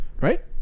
right